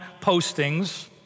postings